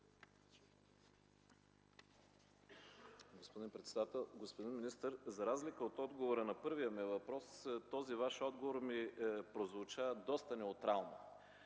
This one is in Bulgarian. господин председател! Господин министър, за разлика от отговора на първия ми въпрос, този Ваш отговор ми прозвуча доста неутрално.